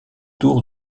tour